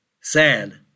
sad